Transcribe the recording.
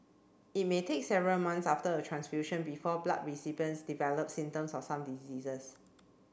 it may take several months after a transfusion before blood recipients develop symptoms of some diseases